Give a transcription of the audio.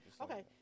okay